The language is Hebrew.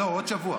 לא, עוד שבוע.